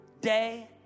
day